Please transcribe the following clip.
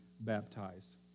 baptized